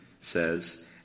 says